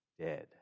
dead